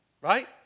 right